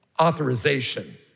authorization